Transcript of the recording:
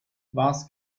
was